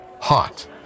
hot